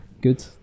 good